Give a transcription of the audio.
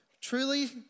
Truly